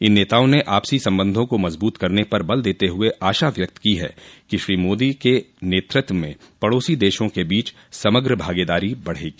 इन नेताओं ने आपसी सम्बन्धों को मजबूत करने पर ज़ोर देते हुए आशा व्यक्त की है कि श्री मोदी के नेतृत्व में पड़ोसी देशों के बीच समग्र भागेदारी बढ़ेगी